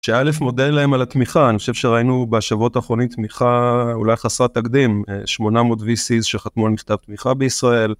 שא' מודה אליהם על התמיכה, אני חושב שראינו בשבועות האחרונים תמיכה אולי חסרת תקדים, 800 וי.סי.ס שחתמו על נכתב תמיכה בישראל.